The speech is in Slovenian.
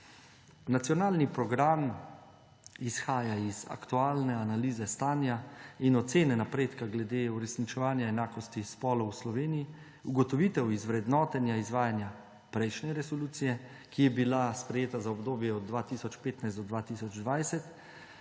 Nacionalni program izhaja iz aktualne analize stanja in ocene napredka glede uresničevanja enakosti spolov v Sloveniji, ugotovitev iz vrednotenja izvajanja prejšnje resolucije, ki je bila sprejeta za obdobje od 2015 do 2020,